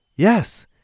Yes